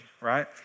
right